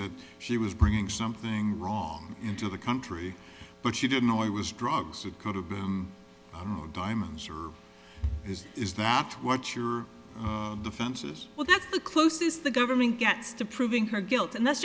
that she was bringing something into the country but she didn't know it was drugs this is what your defenses well that's the closest the government gets to proving her guilt and that's